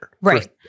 Right